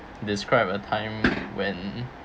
describe a time when